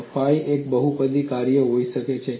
અને ફાઈ એક બહુપદી કાર્ય હોઈ શકે છે